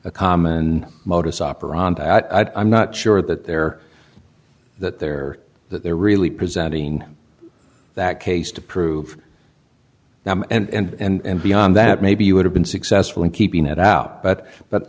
a comma and modus operandi that i'm not sure that they're that they're that they're really presenting that case to prove now and beyond that maybe you would have been successful in keeping it out but but